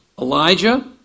Elijah